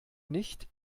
nicht